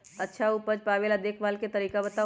अच्छा उपज पावेला देखभाल के तरीका बताऊ?